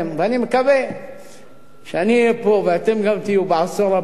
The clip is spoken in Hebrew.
ואני מקווה שאני אהיה פה וגם אתם תהיו בעשור הבא.